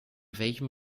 welchem